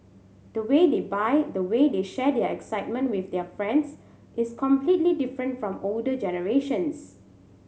the way they buy the way they share their excitement with their friends is completely different from older generations